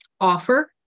offer